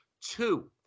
Two